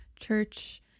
church